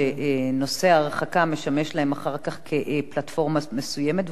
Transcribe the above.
שנושא ההרחקה משמש להם אחר כך כפלטפורמה מסוימת,